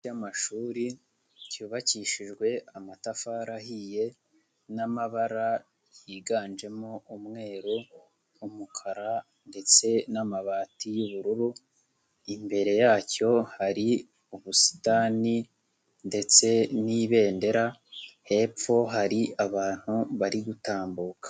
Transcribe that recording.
Ikigo cy'amashuri cyubakishijwe amatafari ahiye n'amabara yiganjemo umweruumukara ndetse n'amabati y'ubururu, imbere yacyo hari ubusitani ndetse n'ibendera hepfo hari abantu bari gutambuka.